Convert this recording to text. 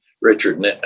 richard